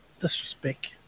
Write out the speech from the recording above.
Disrespect